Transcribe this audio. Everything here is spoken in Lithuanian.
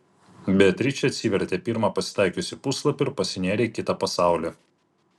beatričė atsivertė pirmą pasitaikiusį puslapį ir pasinėrė į kitą pasaulį